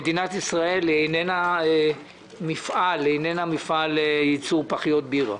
מדינת ישראל איננה מפעל לייצור פחיות בירה.